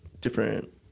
different